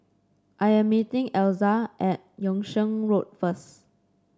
I am meeting Elza at Yung Sheng Road first